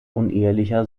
unehelicher